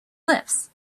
lifts